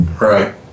Right